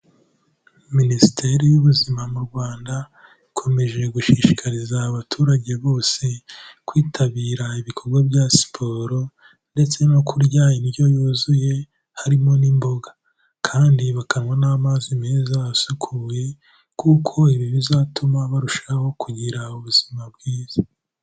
Minisiteri y'Ubuzima mu Rwanda ikomeje gushishikariza abaturage bose kwitabira ibikorwa bya siporo ndetse no kurya indyo yuzuye, harimo n'imboga kandi bakanywa n'amazi meza asukuye kuko ibi bizatuma barushaho kugira ubuzima bwiza.